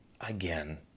again